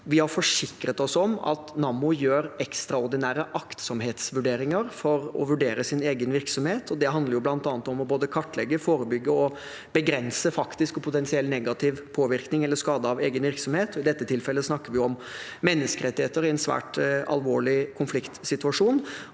Vi har forsikret oss om at Nammo gjør ekstraordinære aktsomhetsvurderinger for å vurdere sin egen virksomhet, og det handler bl.a. om både å kartlegge, forebygge og begrense faktisk og potensiell negativ påvirkning eller skade av egen virksomhet. I dette tilfellet snakker vi om menneskerettigheter i en svært alvorlig konfliktsituasjon,